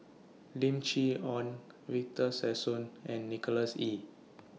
Lim Chee Onn Victor Sassoon and Nicholas Ee